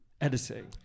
editing